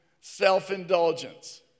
self-indulgence